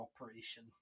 operation